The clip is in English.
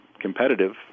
competitive